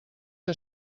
que